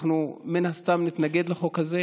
הרי יושבים